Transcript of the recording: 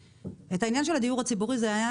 את העניין של הדיור הציבורי זה היה